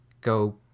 go